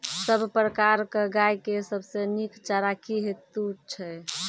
सब प्रकारक गाय के सबसे नीक चारा की हेतु छै?